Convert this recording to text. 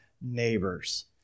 neighbors